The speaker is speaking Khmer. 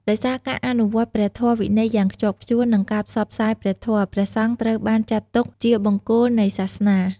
ដោយសារការអនុវត្តព្រះធម៌វិន័យយ៉ាងខ្ជាប់ខ្ជួន និងការផ្សព្វផ្សាយព្រះធម៌ ព្រះសង្ឃត្រូវបានចាត់ទុកជា បង្គោលនៃសាសនា។